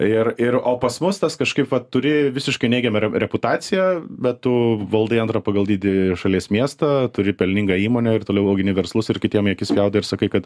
ir ir o pas mus tas kažkaip vat turi visiškai neigiami rep reputaciją bet tu valdai antrą pagal dydį šalies miestą turi pelningą įmonę ir toliau augini verslus ir kitiem į akis gaudai ir sakai kad